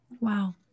Wow